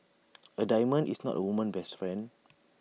A diamond is not A woman's best friend